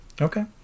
Okay